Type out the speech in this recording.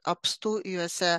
apstu juose